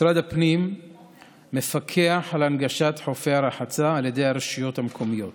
משרד הפנים מפקח על הנגשת חופי הרחצה על ידי הרשויות המקומיות